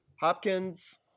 Hopkins